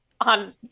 on